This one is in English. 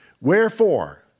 Wherefore